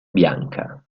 bianca